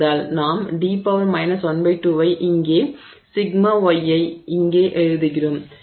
நாம் d 12 யை இங்கே சிக்மா y ஐ இங்கே எழுதுகிறோம்